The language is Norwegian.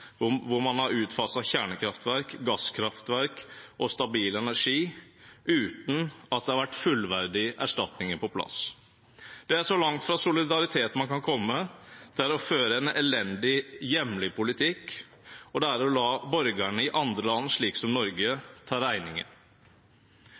hvor man har faset ut kjernekraftverk, gasskraftverk og stabil energi uten at det har vært fullverdige erstatninger på plass. Det er så langt fra solidaritet man kan komme, det er å føre en elendig, hjemlige politikk, og det er å la borgerne i andre land, som Norge,